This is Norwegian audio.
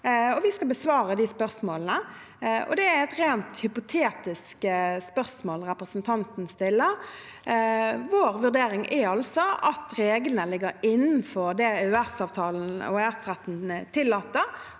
vi skal besvare de spørsmålene. Det er et rent hypotetisk spørsmål representanten stiller. Vår vurdering er altså at reglene ligger innenfor det EØS-avtalen og EØS-retten tillater.